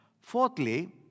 Fourthly